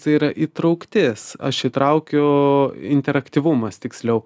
tai yra įtrauktis aš įtraukiu interaktyvumas tiksliau